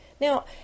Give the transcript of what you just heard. Now